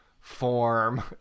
form